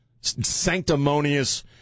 Sanctimonious